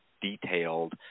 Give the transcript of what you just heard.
detailed